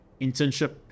internship